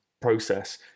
process